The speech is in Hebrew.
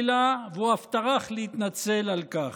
חלילה, והוא אף טרח להתנצל על כך.